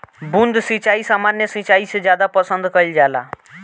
बूंद सिंचाई सामान्य सिंचाई से ज्यादा पसंद कईल जाला